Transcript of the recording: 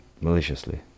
maliciously